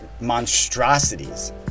monstrosities